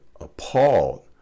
appalled